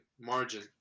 margin